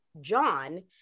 John